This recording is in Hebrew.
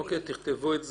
אוקי, תכתבו את זה.